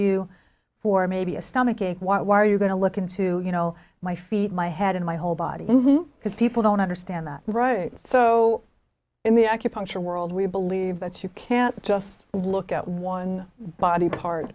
you for maybe a stomach ache what are you going to look into you know my feet my head and my whole body because people don't understand that right so in the acupuncture world we believe that you can't just look at one body part